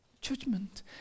judgment